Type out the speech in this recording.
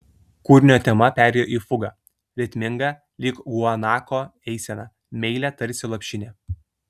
kūrinio tema perėjo į fugą ritmingą lyg guanako eisena meilią tarsi lopšinė